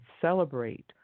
celebrate